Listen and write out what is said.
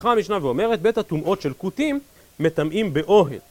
המשנה ואומרת, בית הטומאות של כותים מטמאים באוהל